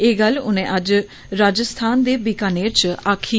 एह् गल्ल उनें अज्ज राजस्थान दे बिकानेर च आक्खी